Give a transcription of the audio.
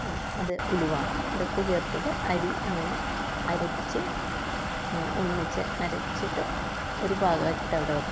അത് ഉലുവ ഇതൊക്കെ ചേർത്തത് അരി അങ്ങനെ അരച്ച് ഒന്നിച്ച് അരച്ചിട്ട് ഒരു പാകമാക്കിയിട്ട് അവിടെ വെക്കും